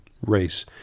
race